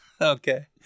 Okay